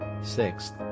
sixth